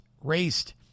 raced